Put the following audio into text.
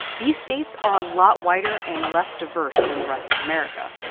these states are a lot whiter and less diverse than the rest of america.